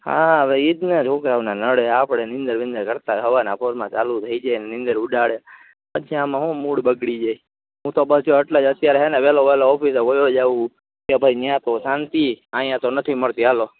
હા હવે ઇ જ ને રુગવના નળે આપડે નિદર બીદર કરતાં હવારના પોરમાં ચાલુ થઈ જાયે નિદર ઉડાડે પછી હું આમાં મૂડ બગડી જાયે હું તો પાછો અટલે અત્યારે હેને વેલો વેલો ઓફિસે વયો જાઉ કે ભઈ ન્યા તો શાંતિ અહિયાં તો નથી મળતી હાલો